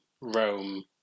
Rome